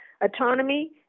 autonomy